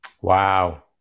Wow